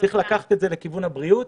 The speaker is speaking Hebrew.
צריך לקחת את זה לכיוון הבריאותי.